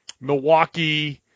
Milwaukee